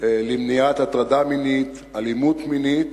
למניעת הטרדה מינית, אלימות מינית,